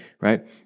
right